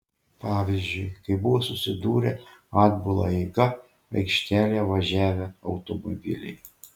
pavyzdžiui kai buvo susidūrę atbula eiga aikštelėje važiavę automobiliai